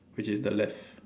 which is the left